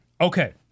Okay